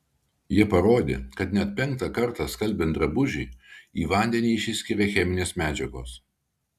jie parodė kad net penktą kartą skalbiant drabužį į vandenį išsiskiria cheminės medžiagos